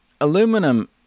Aluminum